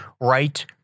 right